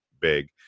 big